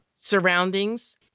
surroundings